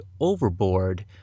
Overboard